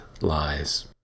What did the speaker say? Lies